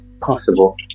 possible